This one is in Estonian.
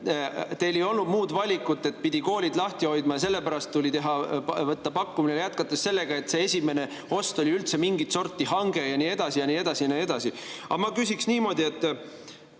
teil ei olnud muud valikut, et pidi koolid lahti hoidma ja sellepärast tuli võtta pakkumine, jätkates sellega, et see esimene ost oli üldse mingit sorti hange ja nii edasi ja nii edasi ja nii edasi. Aga ma küsiksin niimoodi: kas